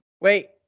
Wait